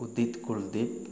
Udit Kuldeep